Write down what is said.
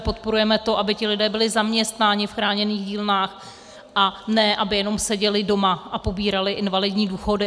Podporujeme to, aby ti lidé byli zaměstnáni v chráněných dílnách, a ne aby jenom seděli doma a pobírali invalidní důchody.